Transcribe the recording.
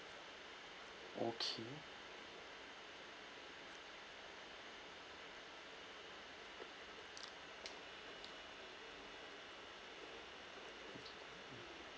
okay